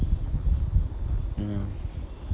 mm